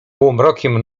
półmrokiem